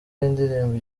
y’indirimbo